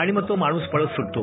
आणि मग तो माणूस पळत सुटतो